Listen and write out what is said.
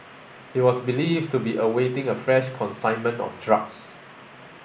he was believed to be awaiting a fresh consignment of drugs